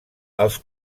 els